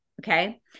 Okay